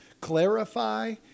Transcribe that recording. clarify